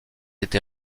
été